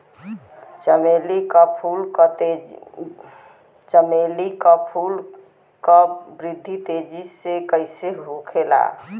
चमेली क फूल क वृद्धि तेजी से कईसे होखेला?